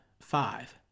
five